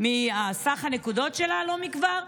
מסך הנקודות שלה לא מכבר,